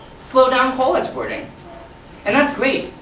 slow down coal exporting and that's great.